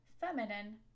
Feminine